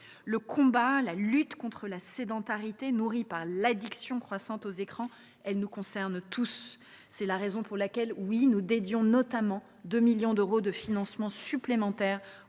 objectif. La lutte contre la sédentarité, nourrie par l’addiction croissante aux écrans, nous concerne tous. C’est la raison pour laquelle nous allouons 2 millions d’euros de financements supplémentaires